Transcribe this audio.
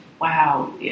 wow